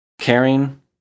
caring